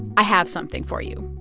i have something for you.